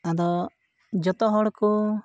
ᱟᱫᱚ ᱡᱚᱛᱚ ᱦᱚᱲ ᱠᱚ